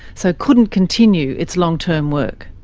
so couldn't continue its long-term work.